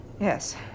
Yes